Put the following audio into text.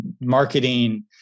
marketing